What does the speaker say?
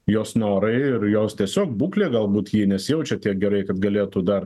jos norai ir jos tiesiog būklė galbūt ji nesijaučia tiek gerai kad galėtų dar